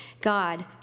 God